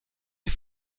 die